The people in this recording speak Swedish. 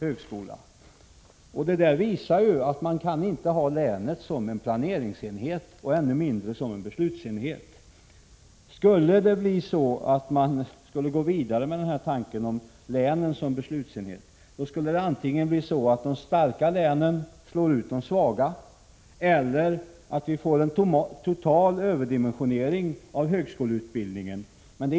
Detta samordningsbehov visar att man inte kan ha länet som planeringsenhet, än mindre som beslutsenhet i detta sammanhang. Skulle man gå vidare med tanken om länet som beslutsenhet, skulle antingen de starka länen slå ut de svaga eller en total överdimensionering av högskoleutbildningen bli följden.